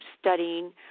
studying